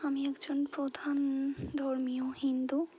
আমি একজন প্রধান ধর্মীয় হিন্দু